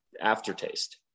aftertaste